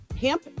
hemp